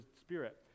spirit